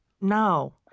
no